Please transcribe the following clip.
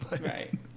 Right